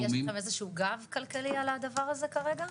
יש לכם איזשהו גב כלכלי על הדבר הזה כרגע?